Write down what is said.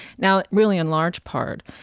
now, really, in large part,